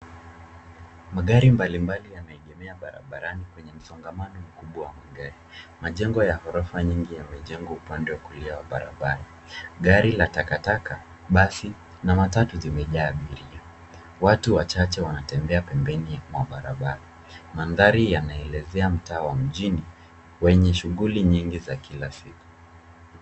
Magari mbalimbali yameegemea barabarani kwenye msongamano mkubwa wa magari. Majengo ya ghorofa nyingi yamejengwa upande wa kulia wa barabara. Gari la takataka , basi na matatu zimejaa abiria. Watu wachache wanatembea pembeni mwa barabara. Mandhari yanaelezea mtaa wa mjini wenye shughuli nyingi za kila siku.